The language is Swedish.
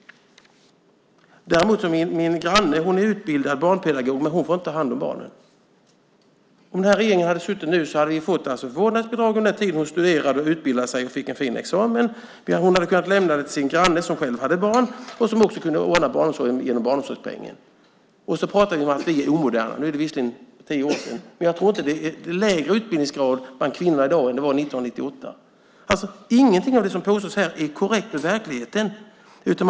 Min granne är utbildad barnpedagog, men hon får inte ta hand om barnen. Om den här regeringen hade suttit då hade hon fått vårdnadsbidrag under den tid hon studerade, utbildade sig och fick en fin examen. Hon hade kunnat lämna barnen till sin granne som själv hade barn och som också kunde ordna barnomsorgen genom barnomsorgspengen. Så pratar man om att vi är omoderna. Det är visserligen tio år sedan, men jag tror inte att det är lägre utbildningsgrad bland kvinnorna i dag än det var 1998. Ingenting av det som påstås här är korrekt i förhållande till verkligheten.